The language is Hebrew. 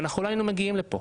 אנחנו לא היינו מגיעים לכאן.